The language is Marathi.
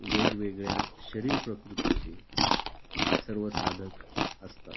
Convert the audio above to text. वेगवेगळ्या शरीर प्रकृतीचे सर्व साधक असतात